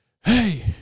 hey